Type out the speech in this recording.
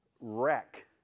wreck